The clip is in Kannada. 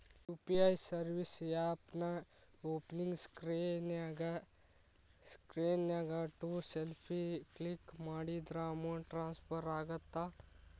ಯು.ಪಿ.ಐ ಸರ್ವಿಸ್ ಆಪ್ನ್ಯಾಓಪನಿಂಗ್ ಸ್ಕ್ರೇನ್ನ್ಯಾಗ ಟು ಸೆಲ್ಫ್ ಕ್ಲಿಕ್ ಮಾಡಿದ್ರ ಅಮೌಂಟ್ ಟ್ರಾನ್ಸ್ಫರ್ ಆಗತ್ತ